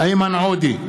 איימן עודה,